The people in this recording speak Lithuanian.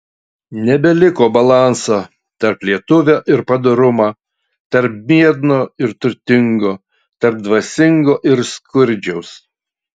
nebeliko balanso tarp lietuvio ir padorumo tarp biedno ir turtingo tarp dvasingo ir skurdžiaus